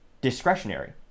discretionary